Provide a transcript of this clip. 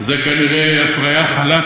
זה כנראה הפריה "חָלָק",